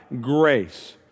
grace